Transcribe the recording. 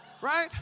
Right